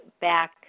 back